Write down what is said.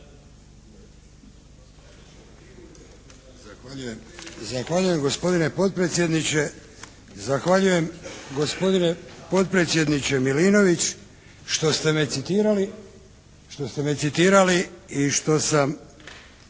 Zahvaljujem gospodine potpredsjedniče Milinović što ste me citirali i što sam